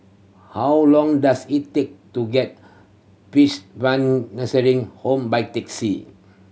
how long does it take to get Nursing Home by taxi